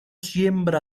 siembra